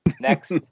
Next